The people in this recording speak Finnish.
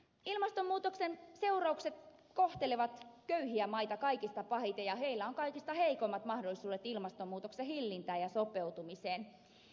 ilmastonmuutoksen seuraukset kohtelevat köyhiä maita kaikista pahiten ja niillä on kaikista heikoimmat mahdollisuudet ilmastonmuutoksen hillintään ja siihen sopeutumiseen